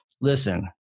listen